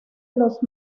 las